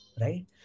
Right